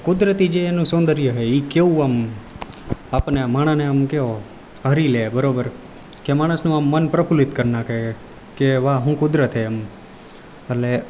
કુદરતી જે એનું સૌંદર્ય હે એ કેવું આમ આપણને માણસને આમ કેવો હરી લે બરોબર કે માણસનું આમ મન પ્રફુલ્લિત કરી નાખે કે વાહ શું કુદરત છે એમ અટલે